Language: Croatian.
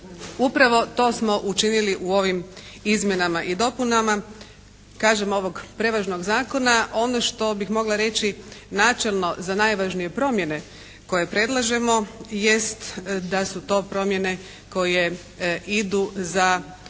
Upravo to smo učinili u ovim izmjenama i dopunama, kažem ovog prevažnog zakona. Ono što bih mogla reći načelno za najvažnije promjene koje predlažemo jeste da su to promjene koje idu za ostvarivanjem